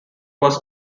was